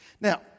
Now